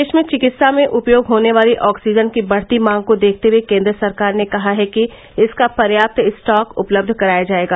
देश में चिकित्सा में उपयोग होने वाली ऑक्सीजन की बढ़ती मांग को देखते हए केन्द्र सरकार ने कहा है कि इसका पर्याप्त स्टाक उपलब्ध कराया जाएगा